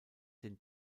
den